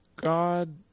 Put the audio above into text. God